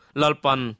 lalpan